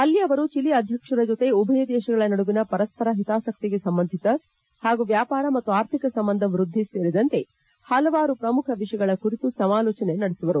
ಅಲ್ಲಿ ಅವರು ಚೀಲಿ ಅಧ್ಯಕ್ಷರ ಜತೆಗೆ ಉಭಯ ದೇಶಗಳ ನಡುವಿನ ಪರಸ್ವರ ಹಿತಾಸಕ್ತಿಗೆ ಸಂಬಂಧಿತ ಹಾಗೂ ವ್ಯಾಪಾರ ಮತ್ತು ಆರ್ಥಿಕ ಸಂಬಂಧ ವ್ಯದ್ದಿ ಸೇರಿದಂತೆ ಹಲವಾರು ಪ್ರಮುಖ ವಿಷಯಗಳ ಕುರಿತು ಸಮಾಲೋನೆ ನಡೆಸುವರು